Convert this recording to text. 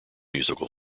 musical